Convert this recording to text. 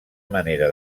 manera